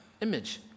image